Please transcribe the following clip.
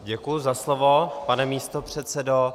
Děkuji za slovo, pane místopředsedo.